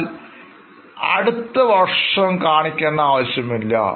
എന്നാൽ അടുത്തവർഷം കാണിക്കേണ്ട ആവശ്യമില്ല